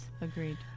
agreed